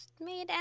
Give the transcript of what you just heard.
made